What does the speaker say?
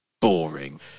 boring